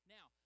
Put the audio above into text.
Now